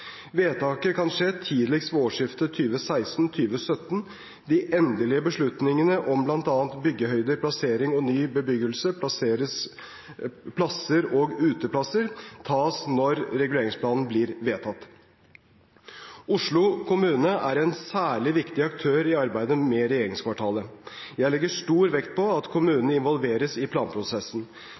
Vedtaket kan skje tidligst ved årsskiftet 2016/2017. De endelige beslutningene om bl.a. byggehøyder, plassering av ny bebyggelse, plasser og uteområder tas når reguleringsplanen blir vedtatt. Oslo kommune er en særlig viktig aktør i arbeidet med regjeringskvartalet. Jeg legger stor vekt på at kommunen involveres i planprosessen.